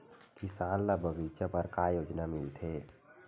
किसान ल बगीचा बर का योजना मिलथे?